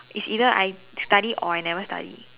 it's either I study or I never study